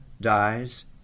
dies